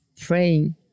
praying